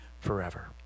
forever